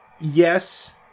Yes